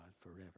forever